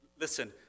Listen